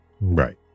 Right